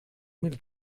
mil